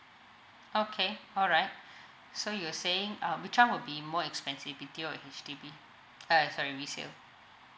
okay alright so you were saying um which [one] will be more expensive B_T_O or H_D_B uh sorry resale